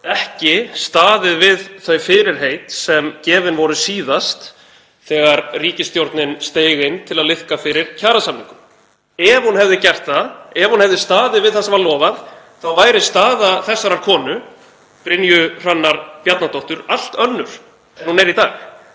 ekki staðið við þau fyrirheit sem gefin voru síðast þegar ríkisstjórnin steig inn til að liðka fyrir kjarasamningum. Ef hún hefði gert það, ef hún hefði staðið við það sem var lofað, væri staða þessarar konu, Brynju Hrannar Bjarnadóttur, allt önnur en hún er í dag.